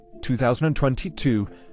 2022